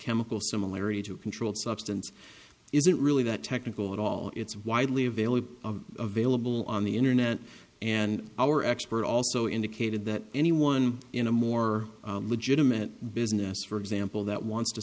chemical similarity to controlled substance isn't really that technical at all it's widely available available on the internet and our expert also indicated that anyone in a more legitimate business for example that wants to